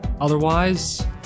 Otherwise